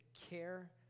care